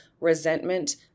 resentment